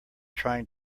trying